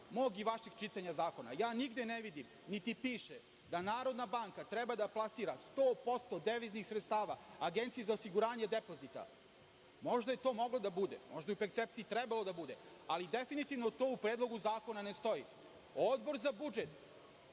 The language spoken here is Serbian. mog i vašeg čitanja zakona. Nigde ne vidim, niti piše da Narodna banka treba da plasira 100% deviznih sredstava Agenciji za osiguranje depozita. Možda je to moglo da bude, možda je u percepciji trebalo da bude, ali definitivno to u Predlogu zakona ne stoji. Odbor za budžet,